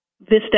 Vista